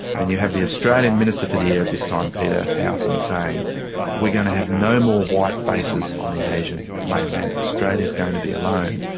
and you have the australian minister for the air at this time, peter howson, saying we're going to have no more white faces on the asian mainland, australia's going to be alone.